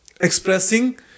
expressing